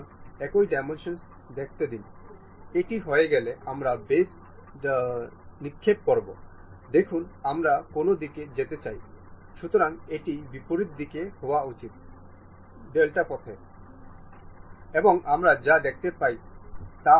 এই মোটরে আমরা মোটর নির্বাচন করব